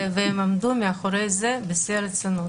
והם עמדו מאחורי זה בשיא הרצינות.